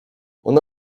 ona